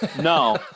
no